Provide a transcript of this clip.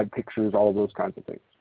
and pictures, all of those kinds of things.